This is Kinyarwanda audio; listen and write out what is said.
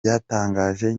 yabitangaje